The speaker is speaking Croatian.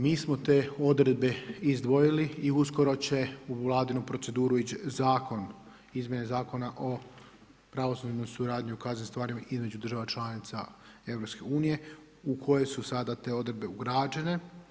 Mi smo te odredbe izdvojili i uskoro će u Vladinu proceduru ići zakon, izmjene Zakona o pravosudnoj suradnji u kaznenim stvarima između država članica Europske unije u kojoj su sada te odredbe ugrađene.